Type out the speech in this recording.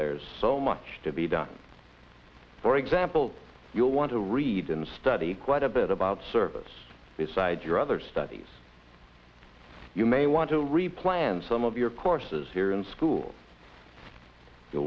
there's so much to be done for example you'll want to read and study quite a bit about service besides your other studies you may want to replant some of your courses here in school you